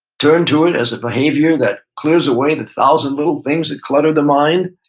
turn to it as a behavior that clears away the thousand little things that clutter the mind.